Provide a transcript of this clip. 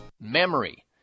Memory